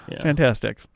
Fantastic